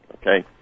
okay